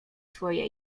swoje